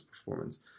Performance